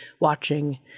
watching